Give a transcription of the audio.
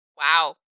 Wow